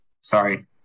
Sorry